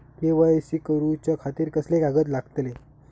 KYC करूच्या खातिर कसले कागद लागतले?